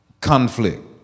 conflict